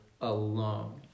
alone